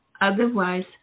Otherwise